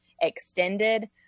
extended